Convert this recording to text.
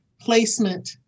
placement